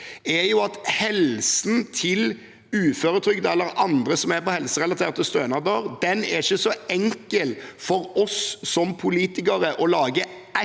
seg ved at helsen til uføretrygdede eller andre som er på helserelaterte stønader, ikke er så enkel for oss som politikere å lage